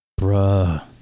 Bruh